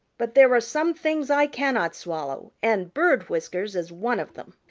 but there are some things i cannot swallow, and bird whiskers is one of them.